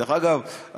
דרך אגב,